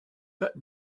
but